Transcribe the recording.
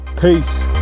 peace